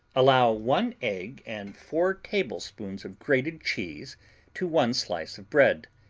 allow one egg and four tablespoons of grated cheese to one slice of bread.